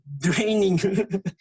draining